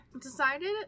decided